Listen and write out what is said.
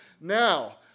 now